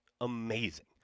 amazing